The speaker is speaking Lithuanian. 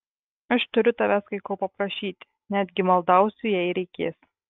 aš turiu tavęs kai ko paprašyti netgi maldausiu jei reikės